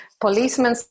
policemen